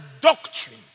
doctrine